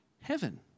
heaven